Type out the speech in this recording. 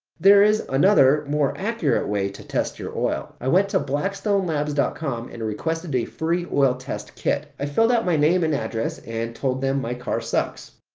there is another more accurate way to test your oil. i went to blackstonelabs dot com and requested a free oil test kit. i filled out my name and address and told them my car sucks.